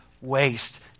waste